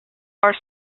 are